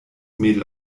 mädel